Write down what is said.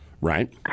Right